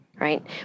right